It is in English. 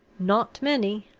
not many.